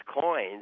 coins